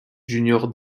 junior